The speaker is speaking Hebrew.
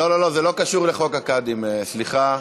לא, לא, זה לא קשור לחוק הקאדים, סליחה.